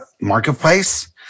marketplace